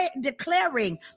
declaring